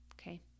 Okay